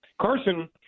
Carson